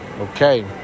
okay